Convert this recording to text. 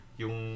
yung